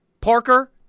Parker